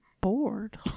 bored